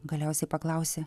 galiausiai paklausė